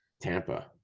tampa